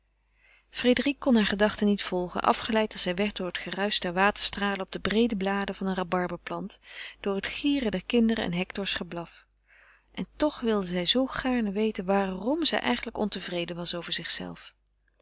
kon hare gedachten niet volgen afgeleid als zij werd door het geruisch der waterstralen op de breede bladen van een rhabarberplant door het gieren der kinderen en hectors geblaf en toch wilde zij zoo gaarne weten waarm zij eigenlijk ontevreden was over zichzelve